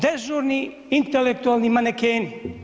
Dežurni intelektualni manekeni.